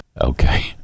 Okay